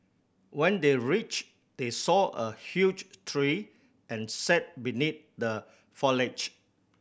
when they reach they saw a huge tree and sat beneath the foliage